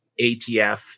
ATF